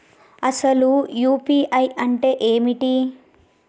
అసలు యూ.పీ.ఐ అంటే ఏమిటి?